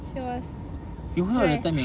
she was stressed